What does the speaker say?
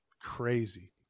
Crazy